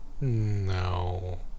No